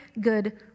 good